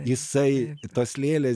jisai tas lėlės